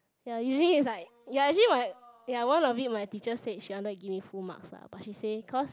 ya usually is like ya usually my ya one of lit my teacher said she wanted to give me full marks lah but she say cause